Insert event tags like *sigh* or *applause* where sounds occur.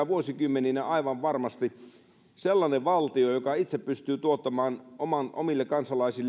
*unintelligible* vuosikymmeninä aivan varmasti sellainen valtio joka itse pystyy tuottamaan omille kansalaisilleen tarpeellisen